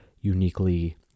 uniquely